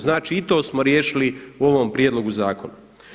Znači i to smo riješili u ovom prijedlogu zakona.